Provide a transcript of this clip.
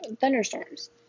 thunderstorms